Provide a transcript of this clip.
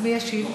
אז מי ישיב?